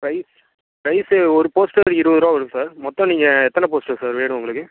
size size ஒரு poster இருபது ரூபாய் வரும் சார் மொத்தம் நீங்கள் எத்தனை போஸ்டர் சார் வேணும் உங்களுக்கு